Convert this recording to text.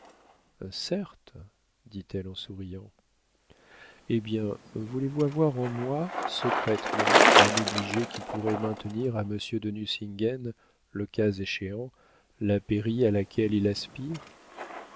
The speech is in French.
certes dit-elle en souriant hé bien voulez-vous avoir en moi secrètement un obligé qui pourrait maintenir à monsieur de nucingen le cas échéant la pairie à laquelle il aspire